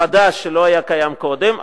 חדש שלא היה קיים קודם,